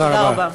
תודה רבה.